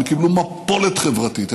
קיבלו מפולת חברתית,